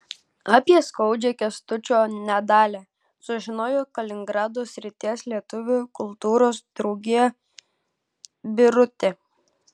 apie skaudžią kęstučio nedalią sužinojo kaliningrado srities lietuvių kultūros draugija birutė